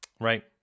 Right